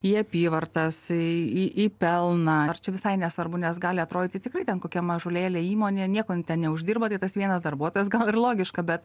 į apyvartas į pelną ar čia visai nesvarbu nes gali atrodyti tikrai ten kokia mažulėle įmonė nieko tem neuždirba tai tas vienas darbuotojas gal ir logiška bet